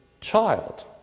child